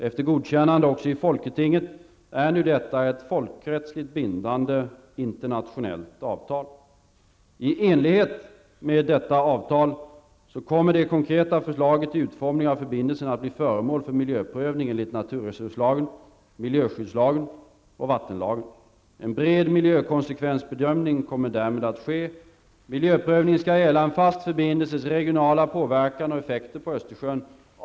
Efter godkännande också i folketinget är nu detta ett folkrättsligt bindande internationellt avtal. I enlighet med detta avtal kommer det konkreta förslaget till utformning av förbindelsen att bli föremål för en miljöprövning enligt naturresurslagen, miljöskyddslagen och vattenlagen. En bred miljökonsekvensbedömning kommer därmed att ske. Miljöprövningen skall gälla en fast förbindelses regionala påverkan och effekter på Östersjön.